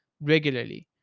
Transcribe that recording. regularly